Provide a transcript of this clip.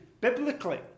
biblically